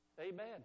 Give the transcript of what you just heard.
Amen